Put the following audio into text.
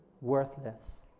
Worthless